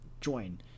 join